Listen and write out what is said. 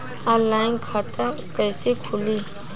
Online खाता कइसे खुली?